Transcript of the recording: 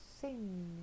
sing